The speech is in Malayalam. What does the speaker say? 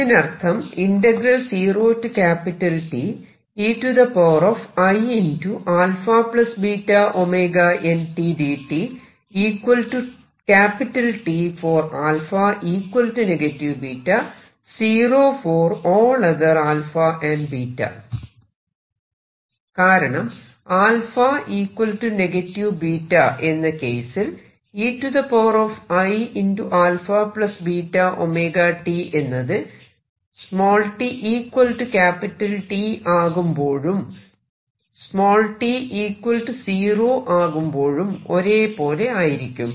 ഇതിനർത്ഥം കാരണം α β എന്ന കേസിൽ eiαβt എന്നത് t T ആകുമ്പോഴും t 0 ആകുമ്പോഴും ഒരേ പോലെ ആയിരിക്കും